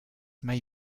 may